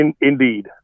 Indeed